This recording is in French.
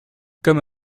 comme